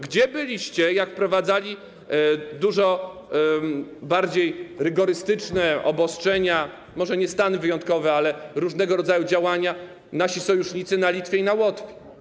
Gdzie byliście, jak wprowadzali dużo bardziej rygorystyczne obostrzenia, może nie stany wyjątkowe, ale różnego rodzaju działania, nasi sojusznicy na Litwie i na Łotwie?